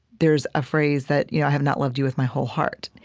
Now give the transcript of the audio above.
there's a phrase that, you know, i have not loved you with my whole heart.